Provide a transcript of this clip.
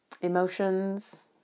emotions